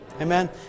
Amen